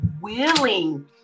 willing